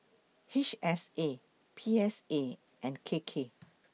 H S A P S A and K K